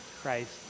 Christ